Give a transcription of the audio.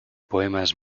poemas